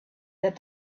that